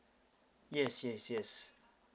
yes yes yes